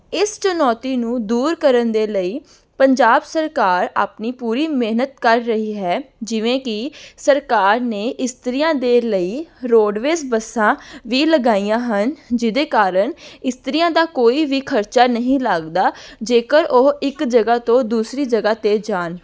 ਇਸ ਚੁਣੌਤੀ ਨੂੰ ਦੂਰ ਕਰਨ ਦੇ ਲਈ ਪੰਜਾਬ ਸਰਕਾਰ ਆਪਣੀ ਪੂਰੀ ਮਿਹਨਤ ਕਰ ਰਹੀ ਹੈ ਜਿਵੇਂ ਕਿ ਸਰਕਾਰ ਨੇ ਇਸਤਰੀਆਂ ਦੇ ਲਈ ਰੋਡਵੇਜ਼ ਬੱਸਾਂ ਵੀ ਲਗਾਈਆਂ ਹਨ ਜਿਹਦੇ ਕਾਰਣ ਇਸਤਰੀਆਂ ਦਾ ਕੋਈ ਵੀ ਖਰਚਾ ਨਹੀਂ ਲੱਗਦਾ ਜੇਕਰ ਉਹ ਇੱਕ ਜਗ੍ਹਾ ਤੋਂ ਦੂਸਰੀ ਜਗ੍ਹਾ 'ਤੇ ਜਾਣ